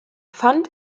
fand